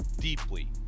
deeply